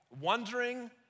Wondering